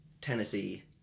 Tennessee